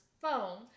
phone